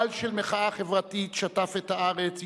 גל של מחאה חברתית שטף את הארץ.